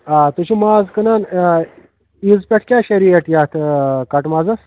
آ تُہۍ چھُو ماز کٕنان عیٖز پٮ۪ٹھ کیٛاہ چھےٚ ریٹ یَتھ کَٹہٕ مازَس